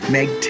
Meg